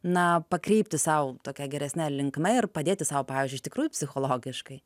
na pakreipti sau tokia geresne linkme ir padėti sau pavyzdžiui iš tikrųjų psichologiškai